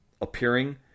appearing